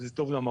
זה טוב למכון,